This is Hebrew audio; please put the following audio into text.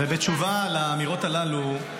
ובתשובה על האמירות הללו,